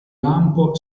lampo